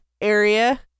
area